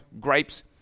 grapes